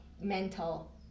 mental